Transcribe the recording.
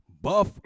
buff